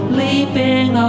leaping